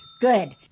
Good